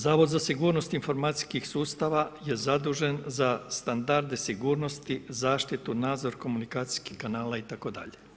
Zavod za sigurnost informacijskih sustava je zadužen za standarde sigurnosti, zaštitu nazor komunikacijskih kanala itd.